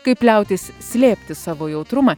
kaip liautis slėpti savo jautrumą